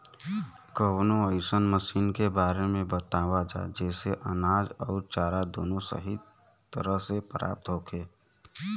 कवनो अइसन मशीन के बारे में बतावल जा जेसे अनाज अउर चारा दोनों सही तरह से प्राप्त होखे?